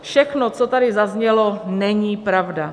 Všechno, co tady zaznělo, není pravda.